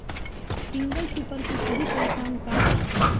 Single super के सही पहचान का हई?